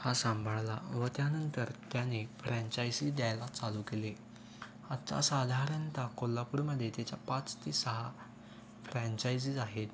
हा सांभाळाला व त्यानंतर त्याने फ्रॅचायझी द्यायला चालू केली आत्ता साधारणतः कोल्हापूरमध्ये त्याच्या पाच ते सहा फ्रॅन्चायजीज आहेत